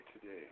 today